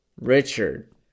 Richard